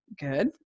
good